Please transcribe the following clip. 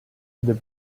the